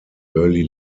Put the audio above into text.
early